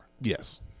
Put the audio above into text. Yes